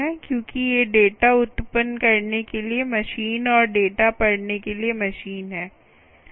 क्योंकि ये डेटा उत्पन्न करने के लिए मशीन और डेटा पढ़ने के लिए मशीन हैं